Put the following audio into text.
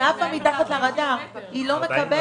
היא עפה מתחת לרדאר, היא לא מקבלת.